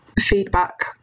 feedback